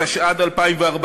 התשע"ד 2014,